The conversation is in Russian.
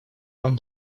вам